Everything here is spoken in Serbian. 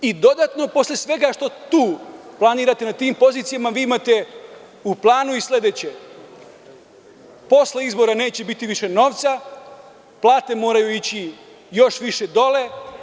I dodatno posle svega što tu planirate na tim pozicijama imate u planu i sledeće – posle izbora neće biti više novca, plate moraju ići još više dole.